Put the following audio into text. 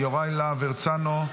יוראי להב הרצנו,